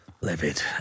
livid